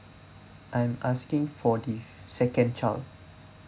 I'm asking for the second child